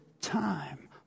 time